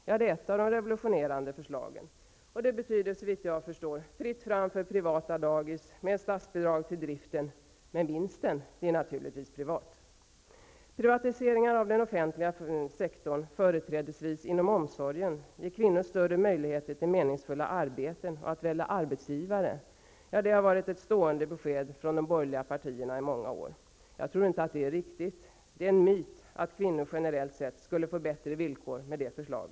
Det är ett av de revolutionerande förslagen. Det betyder såvitt jag förstår fritt fram för privata dagis med statsbidrag till driften. Men vinsten blir naturligtvis privat. Privatiseringar av den offentliga sektorn, företrädesvis inom omsorgen, ger kvinnor större möjligheter till meningsfulla arbeten och att välja arbetsgivare. Det har varit ett stående besked från de borgerliga partierna i många år. Jag tror inte att det är riktigt. Det är en myt att kvinnor generellt sett skulle få bättre villkor med detta förslag.